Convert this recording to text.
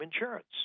insurance